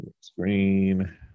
screen